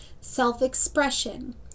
self-expression